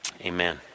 Amen